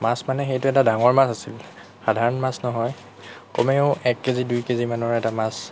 মাছ মানে সেইটো এটা ডাঙৰ মাছ আছিল সাধাৰণ মাছ নহয় কমেও এক কেজি দুই কেজি মানৰ এটা মাছ